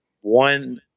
one